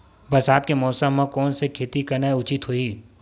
बरसात के मौसम म कोन से खेती करना उचित होही?